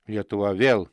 lietuva vėl